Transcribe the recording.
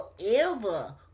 forever